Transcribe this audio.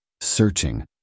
Searching